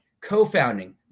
co-founding